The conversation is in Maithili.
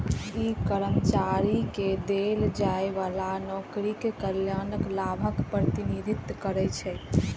ई कर्मचारी कें देल जाइ बला नौकरीक कल्याण लाभक प्रतिनिधित्व करै छै